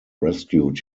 rescued